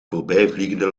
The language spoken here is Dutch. voorbijvliegende